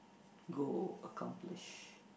go accomplish